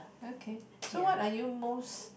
okay so what are you most